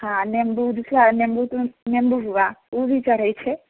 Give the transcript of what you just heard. हँ नेम्बू दूसरा नेम्बू तो नेम्बू हुआ ओ भी चढ़ैत छै